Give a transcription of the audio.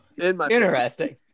interesting